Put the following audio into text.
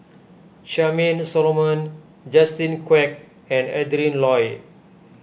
Charmaine Solomon Justin Quek and Adrin Loi